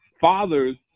fathers